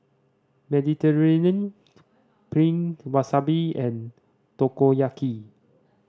Mediterranean Penne Wasabi and Takoyaki